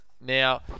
Now